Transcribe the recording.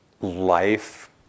Life